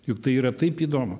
juk tai yra taip įdomu